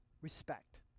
respect